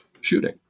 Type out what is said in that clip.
shooting